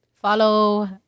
Follow